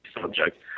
subject